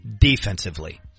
defensively